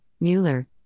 Mueller